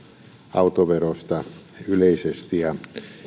autoverosta yleisesti ja